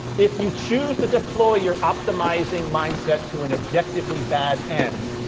if you choose to deploy your optimizing mindset to an objectively bad end,